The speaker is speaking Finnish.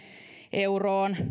euroon